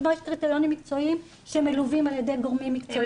כמובן שיש קריטריונים מקצועיים שמלווים על ידי גורמים מקצועיים.